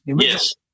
Yes